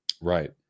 Right